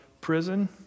prison